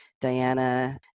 Diana